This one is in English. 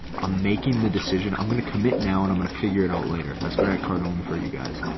i'm making the decision i'm going to commit now and i'm going to figure it out later has grant cardone for you guys.